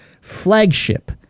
flagship